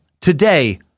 today